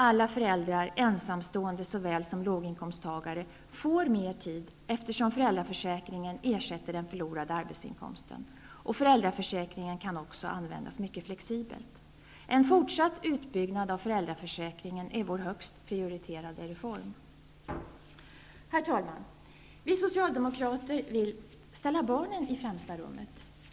Alla föräldrar, såväl ensamstående som låginkomsttagare, får mer tid, eftersom föräldraförsäkringen ersätter förlorad arbetsinkomst. Föräldraförsäkringen kan också användas mycket flexibelt. En fortsatt utbyggnad av föräldraförsäkringen är vår högst prioriterade reform. Herr talman! Vi socialdemokrater vill sätta barnen i främsta rummet.